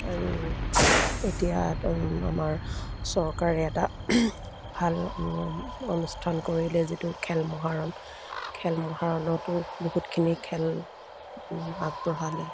আৰু এতিয়া আমাৰ চৰকাৰে এটা ভাল অনুষ্ঠান কৰিলে যিটো খেল মহাৰণ খেল মহাৰণতো বহুতখিনি খেল আগবঢ়ালে